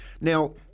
Now